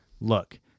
look